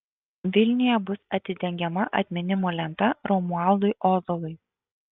vilniuje bus atidengiama atminimo lenta romualdui ozolui